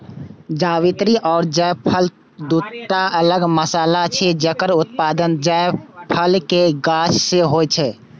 जावित्री आ जायफल, दूटा अलग मसाला छियै, जकर उत्पादन जायफल के गाछ सं होइ छै